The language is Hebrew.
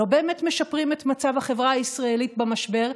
שלא באמת משפרים את מצב החברה הישראלית במשבר,